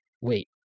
wait